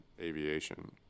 aviation